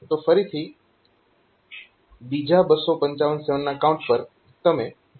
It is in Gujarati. તો ફરીથી બીજા 255 ના કાઉન્ટ પર તમે તેને ઘટાડવાનું શરૂ કરો છો